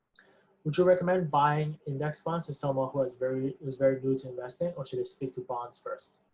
would you recommend buying index funds to someone so um ah who is very is very new to investing, or should they stick to bonds first?